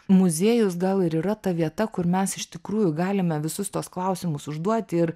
muziejus gal ir yra ta vieta kur mes iš tikrųjų galime visus tuos klausimus užduoti ir